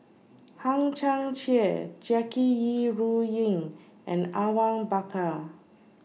Hang Chang Chieh Jackie Yi Ru Ying and Awang Bakar